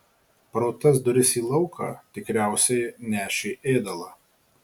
pro tas duris į lauką tikriausiai nešė ėdalą